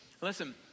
Listen